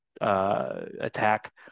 attack